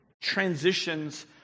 transitions